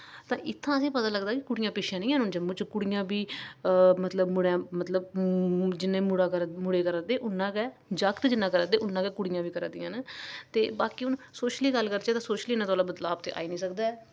तां इत्थै असें गी पता लगदा की कुड़ियां पिच्छेै निं हैन हून जम्मू च कुड़ियां बी अ मतलब मूड़़े मतलब जिन्ना मूड़े करा करदे उन्ना गै जागत जिन्ना करादे उन्ना गै कुड़ियां बी करादियां न ते बाकी हून शोशली गल्ल करचै तां शोशली इन्ना बदलाव ते आई निं सकदा ऐ